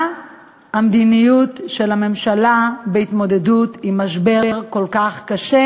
מהי המדיניות של הממשלה בהתמודדות עם משבר כל כך קשה,